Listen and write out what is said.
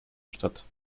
stadt